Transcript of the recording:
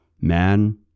Man